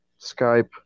Skype